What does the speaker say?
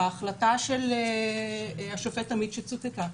בהחלטה של השופט עמית שצוטטה כאן,